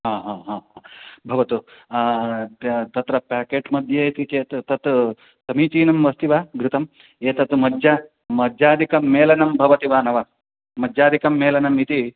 हा हा हा भवतु तत्र पेकेट्मध्ये इति चेत् तत् समीचीनम् अस्ति वा घृतम् एतत् मज्ज मज्जादिकं मेलनं भवति वा न वा मज्जादिकं मेलनमिति